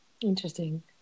Interesting